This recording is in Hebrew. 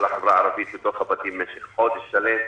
החברה הערבית בתוך הבתים במשך חודש שלם.